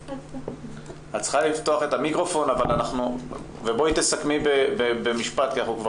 אני שייכת למשוגעות שיושבות ועובדות בלי משכורות כי יש לנו